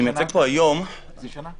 אני מייצג פה היום --- איזה שנה?